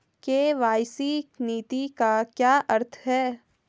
KYC नीति का क्या अर्थ है?